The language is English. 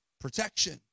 protection